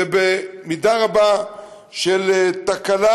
ובמידה רבה של תקלה,